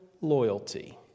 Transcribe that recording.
loyalty